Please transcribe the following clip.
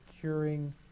curing